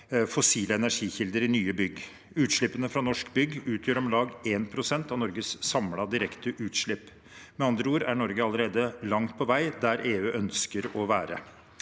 fossile energikilder i nye bygg. Utslippene fra norske bygg utgjør om lag 1 pst. av Norges samlede direkte utslipp. Med andre ord er Norge allerede langt på vei dit EU ønsker å være.